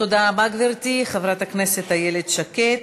תודה רבה, גברתי, חברת הכנסת איילת שקד.